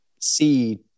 see